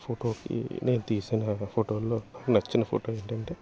ఫోటోకి నేను తీసిన ఫోటోల్లో నచ్చిన ఫోటో ఏంటంటే